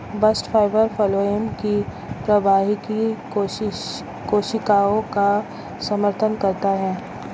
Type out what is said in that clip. bast fibre phloem की प्रवाहकीय कोशिकाओं का समर्थन करता है